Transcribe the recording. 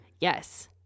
Yes